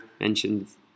mentions